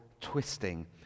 twisting